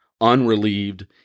unrelieved